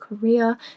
career